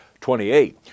28